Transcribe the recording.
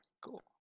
Cool